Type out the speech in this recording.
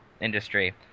industry